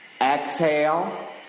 exhale